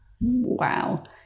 Wow